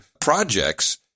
projects